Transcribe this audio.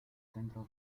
centro